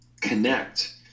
connect